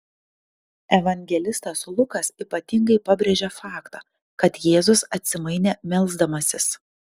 evangelistas lukas ypatingai pabrėžia faktą kad jėzus atsimainė melsdamasis